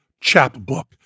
chapbook